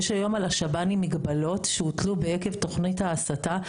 יש היום על השב"נים מגבלות שהוטלו עקב תכנית ההסטה.